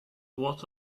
what